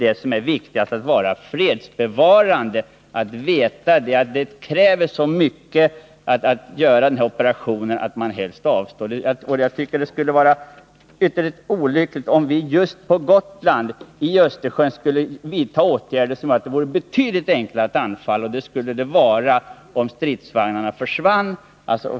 Det viktigaste är att ha en fredsbevarande inriktning, så att en angripare vet att det kräver så mycket att göra en sådan här operation att han helst avstår. Jag tycker det skulle vara ytterligt olyckligt om vi i Östersjöområdet just när det gäller Gotland skulle vidta åtgärder som gjorde att det vore betydligt enklare för en fiende att anfalla, och det skulle det vara om stridsvagnarna försvann.